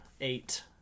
eight